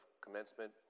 commencement